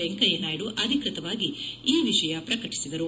ವೆಂಕಯ್ಯನಾಯ್ಡು ಅಧಿಕೃತವಾಗಿ ಈ ವಿಷಯ ಪ್ರಕಟಿಸಿದರು